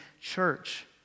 church